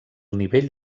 nivell